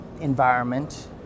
environment